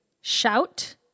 shout